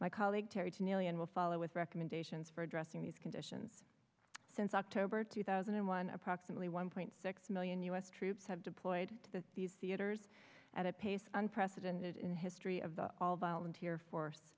my colleague terry two million will follow with recommendations for addressing these conditions since october two thousand and one approximately one point six million u s troops have deployed to these theaters at a pace unprecedented in history of the all volunteer force